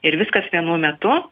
ir viskas vienu metu